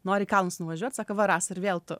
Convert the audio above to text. nori į kalnus nuvažiuot sako rasa ir vėl tu